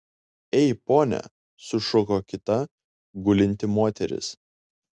ei pone sušuko kita gulinti moteris